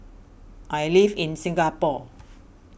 I live in Singapore